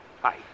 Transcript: Hi